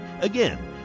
Again